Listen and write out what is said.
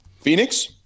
Phoenix